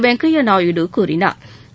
வெங்கைய நாயுடு கூறினாா்